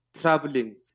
traveling